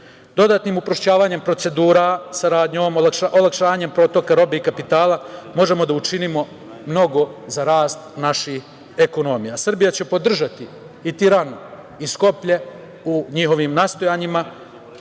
dodatnim uprošćavanjem procedura, olakšanjem protoka robe i kapitala možemo da učinimo mnogo za rast naših ekonomija. Srbija će podržati i Tiranu i Skoplje u njihovim nastojanjima